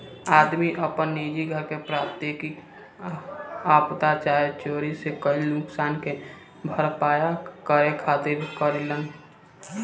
आदमी आपन निजी घर के प्राकृतिक आपदा चाहे चोरी से भईल नुकसान के भरपाया करे खातिर करेलेन